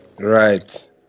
Right